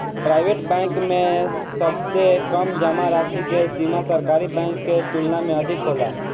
private bank में सबसे कम जामा राशि के सीमा सरकारी बैंक के तुलना में अधिक होला